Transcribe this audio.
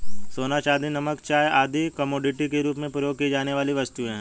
सोना, चांदी, नमक, चाय आदि कमोडिटी के रूप में प्रयोग की जाने वाली वस्तुएँ हैं